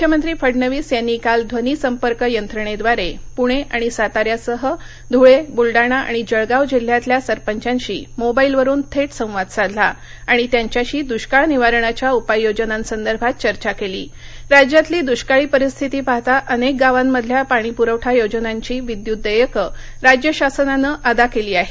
मुख्यमंत्री फडणवीस यांनी काल ध्वनी संपर्क यंत्रणेद्वारे पुणे आणि साताऱ्यासह धुळे बुलडाणा आणि जळगाव जिल्ह्यातल्या सरपंचांशी मोबाईलवरुन थेट संवाद साधला आणि त्यांच्याशी दृष्काळ निवारणाच्या उपाययोजनांसंदर्भात चर्चा केली राज्यातली दृष्काळी परिस्थिती पाहता अनेक गावांमधल्या पाणीप्रवठा योजनांची विद्युत देयक राज्य शासनानं अदा केली आहेत